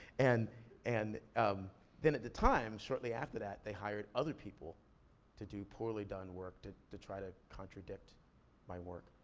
and and um then at the time, shortly after that, they hired other people to do poorly done work to to try to contradict my work,